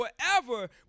forever